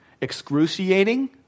excruciating